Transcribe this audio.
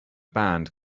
band